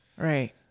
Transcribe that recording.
Right